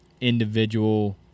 individual